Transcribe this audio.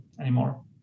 anymore